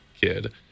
kid